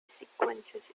sequences